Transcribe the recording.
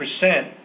percent